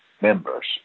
members